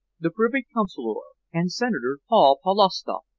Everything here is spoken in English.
the privy-councillor and senator paul polovstoff.